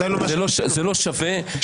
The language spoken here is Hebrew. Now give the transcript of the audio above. שמחה,